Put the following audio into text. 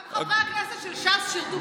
גם חברי הכנסת של ש"ס שירתו בצבא.